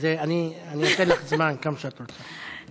אני אתן לך כמה זמן שאת רוצה.